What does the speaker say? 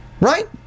right